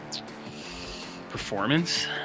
performance